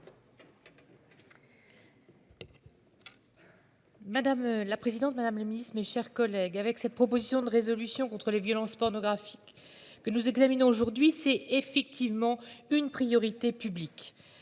Madame la présidente Madame la Ministre, mes chers collègues. Avec cette proposition de résolution contre les violences pornographique. Que nous examinons aujourd'hui c'est effectivement une priorité publique